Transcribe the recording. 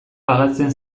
pagatzen